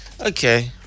Okay